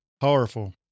Powerful